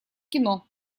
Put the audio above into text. кино